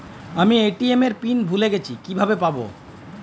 আমি এ.টি.এম এর পিন ভুলে গেছি কিভাবে পাবো?